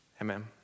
Amen